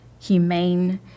humane